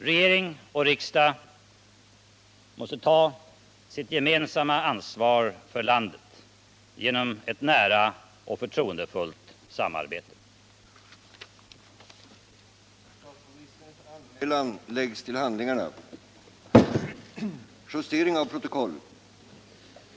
Regering och riksdag måste ta sitt gemensamma ansvar för landet, genom ett nära och förtroendefullt samarbete. Statsministerns anmälan lades till handlingarna.